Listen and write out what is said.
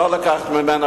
לא לקחת ממנה,